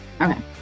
Okay